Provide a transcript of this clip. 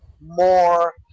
more